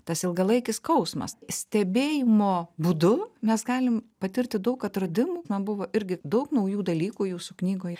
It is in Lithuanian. tas ilgalaikis skausmas stebėjimo būdu mes galim patirti daug atradimų man buvo irgi daug naujų dalykų jūsų knygoj